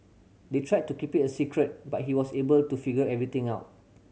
they tried to keep it a secret but he was able to figure everything out